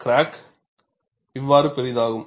crack இவ்வாறு பெரிதாகும்